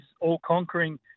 all-conquering